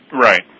Right